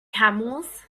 camels